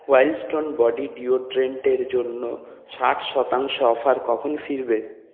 wild Stone body ডিওড্রেন্টের জন্য ষাট শতাংশ অফার কখন ফিরবে